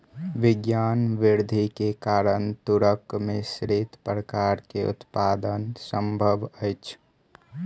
विज्ञान वृद्धि के कारण तूरक मिश्रित प्रकार के उत्पादन संभव अछि